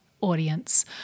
audience